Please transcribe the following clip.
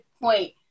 point